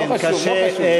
כן, קשה.